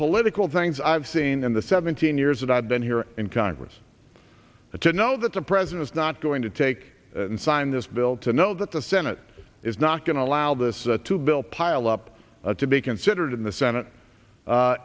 political things i've seen in the seventeen years that i've been here in congress to know that the president's not going to take and sign this bill to know that the senate is not going to allow this to bill pile up to be considered in the senate